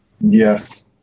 Yes